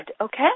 okay